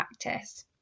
practice